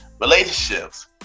relationships